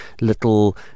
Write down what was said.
little